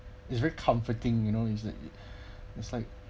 it's very comforting you know isn't it it's like